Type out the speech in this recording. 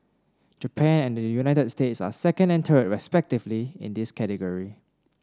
Japan and the United States are second and third respectively in this category